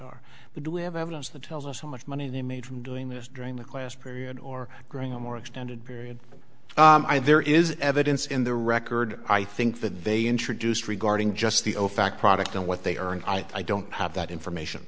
are we do have evidence that tells us how much money they made from doing this during the class period or growing a more extended period there is evidence in the record i think that they introduced regarding just the ofac product and what they are and i don't have that information